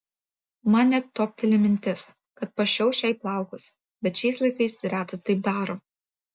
man net topteli mintis kad pašiauš jai plaukus bet šiais laikais retas taip daro